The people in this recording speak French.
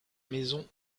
maison